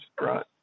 right